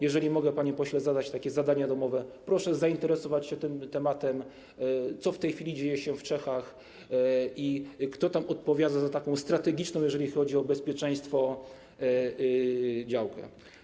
Jeżeli mogę, panie pośle, zadać takie zadanie domowe, proszę zainteresować się tym tematem, co w tej chwili dzieje się w Czechach i kto tam odpowiada za tę strategiczną, jeżeli chodzi o bezpieczeństwo, działkę.